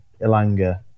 Ilanga